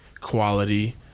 quality